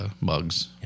mugs